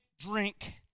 drink